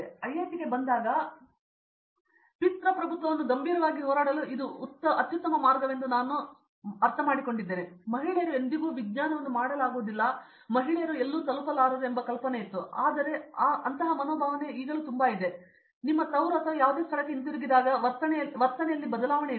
ಆದರೆ ಐಐಟಿಗೆ ಬಂದಾಗ ಪಿತೃಪ್ರಭುತ್ವವನ್ನು ಗಂಭೀರವಾಗಿ ಹೋರಾಡಲು ಇದು ಅತ್ಯುತ್ತಮ ಮಾರ್ಗವೆಂದು ನಾನು ಅರ್ಥಮಾಡಿಕೊಂಡಿದ್ದೇನೆ ಮಹಿಳೆಯರು ಎಂದಿಗೂ ವಿಜ್ಞಾನವನ್ನು ಮಾಡಲಾಗುವುದಿಲ್ಲ ಅಥವಾ ಮಹಿಳೆಯರು ಎಲ್ಲೋ ತಲುಪಲಾರರು ಆದರೆ ಅಲ್ಲಿನ ಮನೋಭಾವವು ತುಂಬಾ ಇದೆ ನಿಮ್ಮ ತವರು ಅಥವಾ ಯಾವುದೇ ಸ್ಥಳಕ್ಕೆ ಹಿಂತಿರುಗಿದಾಗ ವರ್ತನೆ ಬದಲಾವಣೆಯಿಂದ